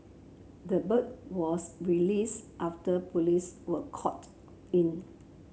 the bird was released after police were called in